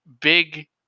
big